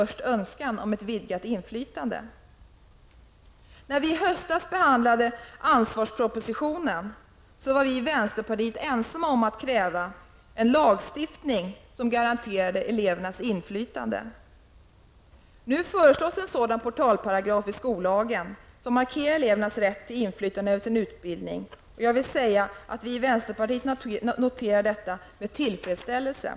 Vi i vänsterpartiet var i höstas, när vi behandlade ansvarspropositionen, ensamma om att kräva en lagstiftning som garanterade elevernas inflytande. Nu föreslås att en sådan portalparagraf som markerar elevernas rätt till inflytande över sin utbildning skall finnas med i skollagen. Jag vill säga att vi i vänsterpartiet noterar detta med tillfredsställelse.